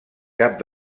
cap